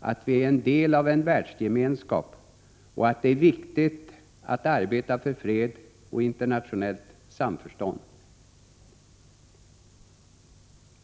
att vi är en del av en världsgemenskap och att det är viktigt att arbeta för fred och internationellt samförstånd.